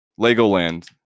Legoland